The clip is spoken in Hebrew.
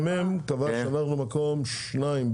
קבע שאנחנו במקום שני,